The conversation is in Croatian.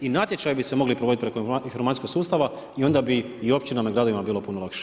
I natječaji bi se mogli provoditi preko informacijskih sustava i onda bi i općinama i gradovima bilo puno lakše.